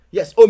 Yes